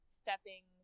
stepping